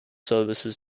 services